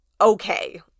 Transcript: okay